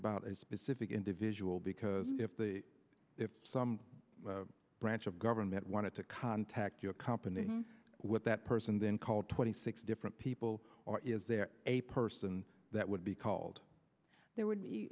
about a specific individual because if the if some branch of government wanted to contact your company what that person then called twenty six different people or is there a person that would be called there would be